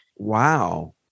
Wow